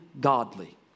godly